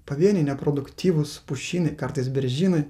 pavieniai neproduktyvūs pušynai kartais beržynai